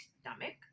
stomach